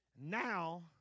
Now